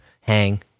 hang